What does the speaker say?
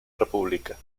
república